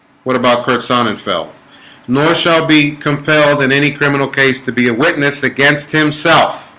what about course on infeld nor shall be compelled in any criminal case to be a witness against himself